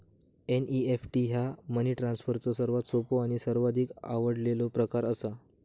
NEFT ह्या money ट्रान्सफरचो सर्वात सोपो आणि सर्वाधिक आवडलेलो प्रकार असा